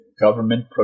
government